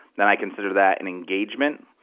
then i consider that an engagement.